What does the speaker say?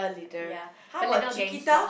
ya but little gangster